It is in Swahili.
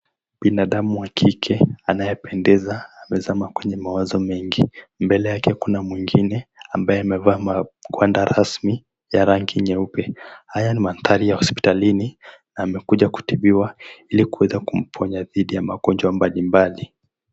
Binadamu wa kike anayependeza amezama kwenye mawazo mengi, mbele yake kuna mwingine ambaye amevaa magwanda rasmi ya rangi nyeupe. Haya ni maandhari ya hosipitalini amekujakutubiwa ilikuweza kumponya dhidi ya magonjwa mbalimbali.